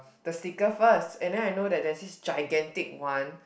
the stickers first and then I know that there is this gigantic one